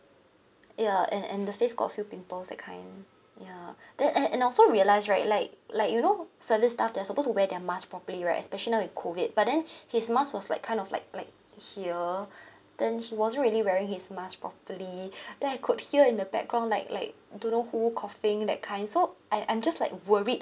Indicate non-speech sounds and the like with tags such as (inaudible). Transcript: ya and and the face got a few pimples that kind ya and and and I also realised right like like you know service staff they're supposed to wear their mask properly right especially now with COVID but then his mask was like kind of like like here (breath) then he wasn't really wearing his mask properly (breath) then I could hear in the background like like don't know who coughing that kind so I'm I'm just like worried